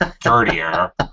dirtier